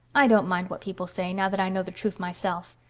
i don't mind what people say, now that i know the truth myself.